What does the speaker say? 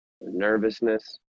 nervousness